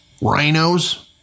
rhinos